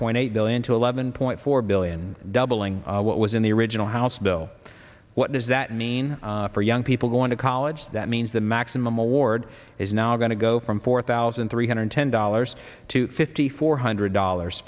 point eight billion to eleven point four billion doubling what was in the original house bill what does that mean for young people going to college that means the maximum award is now going to go from four thousand three hundred ten dollars to fifty four hundred dollars